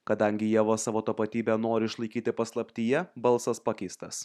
kadangi ieva savo tapatybę nori išlaikyti paslaptyje balsas pakeistas